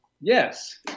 yes